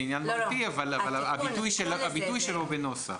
זה עניין מהותי אבל הביטוי שלו הוא בנוסח.